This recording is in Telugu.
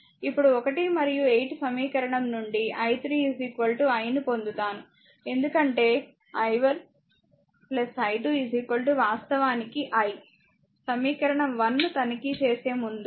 ఇప్పుడు 1 మరియు 8 సమీకరణం నుండి i3 i ను పొందుతాను ఎందుకంటే i1 i2 వాస్తవానికి i సమీకరణం 1 ను తనిఖీ చేసే ముందు చూశాము